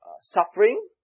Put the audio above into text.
suffering